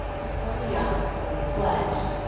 before the young were fully fledged,